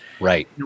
right